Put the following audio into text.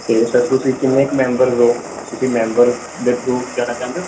ਅਤੇ ਸਰ ਤੁਸੀਂ ਕਿੰਨੇ ਕੁ ਮੈਂਬਰਸ ਹੋ ਤੁਸੀਂ ਮੈਂਬਰ ਦੇ ਥਰੂ ਜਾਣਾ ਚਾਹੁੰਦੇ ਹੋ